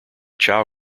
chow